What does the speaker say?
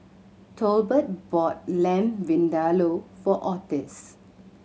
Tolbert bought Lamb Vindaloo for Otis